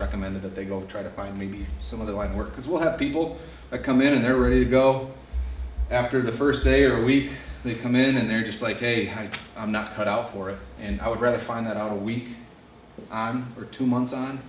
recommend that they go try to find me some other life work as well have people come in and they're ready to go after the first day or week they come in and they're just like a hype i'm not cut out for it and i would rather find that out a week on or two months on